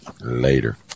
later